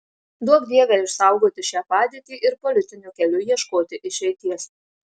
duok dieve išsaugoti šią padėtį ir politiniu keliu ieškoti išeities